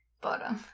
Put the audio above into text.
Bottom